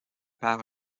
par